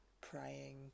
praying